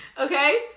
okay